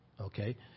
okay